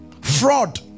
Fraud